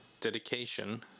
dedication